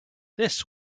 this